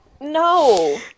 no